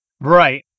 Right